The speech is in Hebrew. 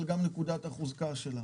אבל גם נקודת החוזקה שלה,